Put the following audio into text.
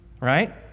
Right